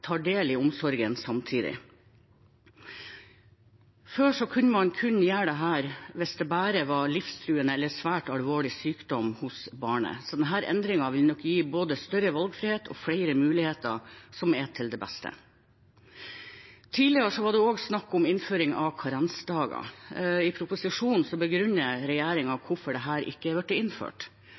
del i omsorgen samtidig. Før kunne man gjøre dette bare hvis det var livstruende eller svært alvorlig sykdom hos barnet, så denne endringen vil nok gi både større valgfrihet og flere muligheter, som er til det beste. Tidligere var det også snakk om innføring av karensdager, og i proposisjonen begrunner regjeringen hvorfor dette ikke er innført. I tillegg viser den til to mulige måter å få det innført